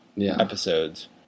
episodes